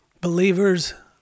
Believers